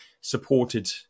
supported